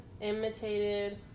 imitated